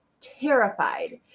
terrified